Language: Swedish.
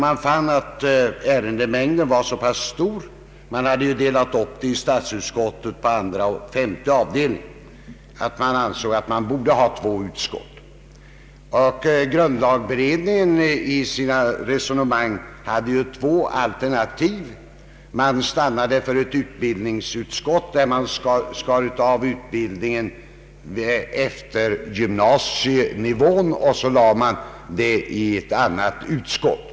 Man fann att ärendemängden var så stor — i statsutskottet har ju ärendena delats upp på andra och femte avdelningarna — att man borde ha två utskott. Grundlagberedningen hade i sina resonemang två alternativ. Den stannade för ett utbildningsutskott där man skar av utbildningen efter gymnasienivån och lade de ärendena i ett annat utskott.